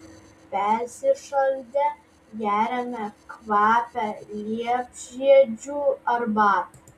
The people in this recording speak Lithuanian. persišaldę geriame kvapią liepžiedžių arbatą